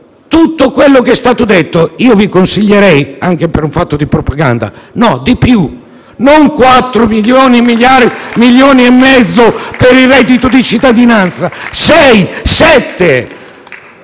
tutto quello che è stato detto. Io vi consiglierei, anche per un fatto di propaganda, di dire di più: non 4 miliardi e mezzo per il reddito di cittadinanza ma 6,7.